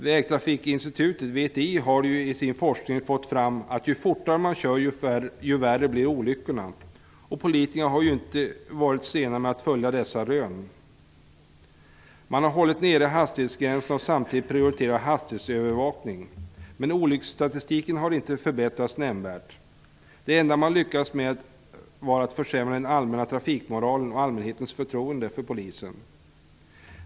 Vägtrafikinstitutet, VTI, har i sin forskning fått fram att ju fortare man kör desto värre blir olyckorna, och politikerna har inte varit sena att följa dessa rön. Man har hållit nere hastighetsgränserna och samtidigt prioriterat hastighetsövervakning. Men olycksstatistiken har inte förbättrats nämnvärt. Det enda man lyckats med är att försämra den allmänna trafikmoralen och allmänhetens förtroende för polisen.